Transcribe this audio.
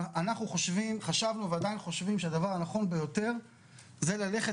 אנחנו חשבנו ועדיין חושבים שהדבר הנכון ביותר זה ללכת